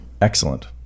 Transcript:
excellent